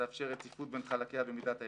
שתאפשר רציפות בין חלקיה במידת האפשר.